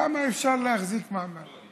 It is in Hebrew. כמה אפשר להחזיק מעמד?